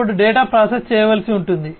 అప్పుడు data process చేయవలసి ఉంటుంది